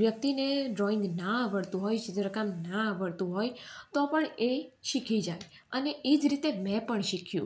વ્યક્તિને ડ્રોઈંગ ના આવડતું હોય ચિત્રકામ ના આવડતું હોય તો પણ એ શીખી જાય અને એ જ રીતે મેં પણ શીખ્યું